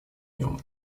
нем